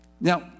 Now